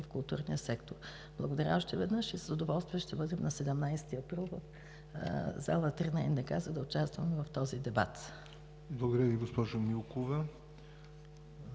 в културния сектор. Благодаря още веднъж и с удоволствие ще бъдем на 17 април в зала 3 на НДК, за да участваме в този дебат. ПРЕДСЕДАТЕЛ ЯВОР